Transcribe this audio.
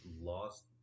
lost